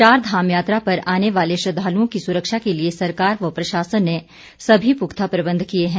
चार धाम यात्रा पर आने वाले श्रद्धालुओं की सुरक्षा के लिए सरकार व प्रशासन ने सभी पुख्ता प्रबंध किए हैं